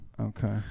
Okay